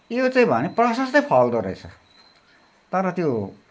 यो चाहिँ भने प्रसस्तै फल्दोरहेछ तर त्यो